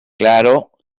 claro